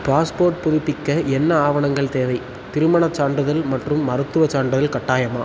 passport புதுப்பிக்க என்ன ஆவணங்கள் தேவை திருமணச் சான்றிதழ் மற்றும் மருத்துவச் சான்றிதழ் கட்டாயமா